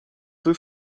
peu